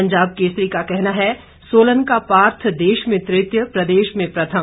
पंजाब केसरी का कहना है सोलन का पार्थ देश में तृतीय प्रदेश में प्रथम